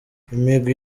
imigwi